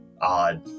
odd